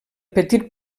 petit